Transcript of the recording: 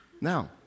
Now